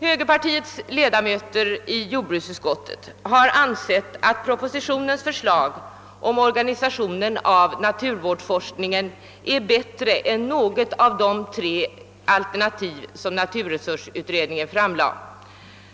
Högerpartiets ledamöter i jordbruksutskottet har ansett att propositionens förslag om organisationen av naturvårdsforskningen är bättre än något av de tre alternativ som naturresursutredningen framlade.